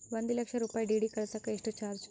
ಒಂದು ಲಕ್ಷ ರೂಪಾಯಿ ಡಿ.ಡಿ ಕಳಸಾಕ ಎಷ್ಟು ಚಾರ್ಜ್?